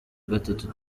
gatatu